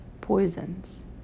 poisons